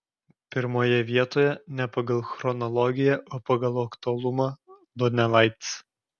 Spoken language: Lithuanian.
pirmoje vietoje ne pagal chronologiją o pagal aktualumą donelaitis